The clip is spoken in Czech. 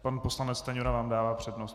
Pan poslanec Stanjura vám dává přednost.